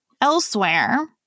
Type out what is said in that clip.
elsewhere